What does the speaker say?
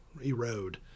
erode